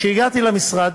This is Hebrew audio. כשהגעתי למשרד